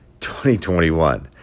2021